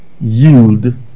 yield